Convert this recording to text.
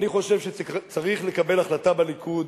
אני חושב שצריך לקבל החלטה בליכוד,